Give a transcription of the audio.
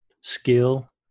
skill